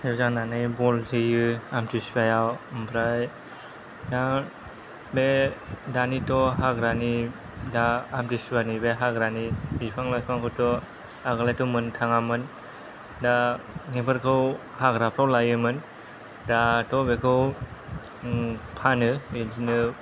ज' जानानै बल जोयो आम्तिसुवायाव ओमफ्रायदा बे दानिथ' हाग्रानि दा आम्तिसुवानि बे हाग्रानि बिफां लाइफांफोरखौ आगोलहायथ' मोननो थाङामोन दा एफोरखौ हाग्राफ्राव लायोमोन दाथ' बेखौ फानो बिदिनो